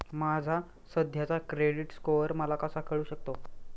माझा सध्याचा credit score मला कसा कळू शकतो?